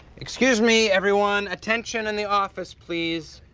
excuse me everyone, attention in the office please!